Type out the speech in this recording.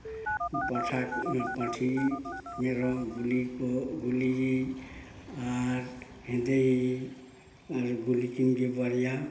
ᱯᱟᱸᱴᱷᱟ ᱯᱷᱟᱸᱴᱷᱤ ᱢᱮᱨᱚᱢ ᱜᱩᱞᱤ ᱠᱚ ᱜᱩᱞᱤᱭᱤᱡ ᱟᱨ ᱦᱮᱸᱫᱮᱭᱤᱡ ᱟᱜ ᱜᱩᱞᱤ ᱠᱤᱱ ᱜᱮ ᱵᱟᱨᱭᱟ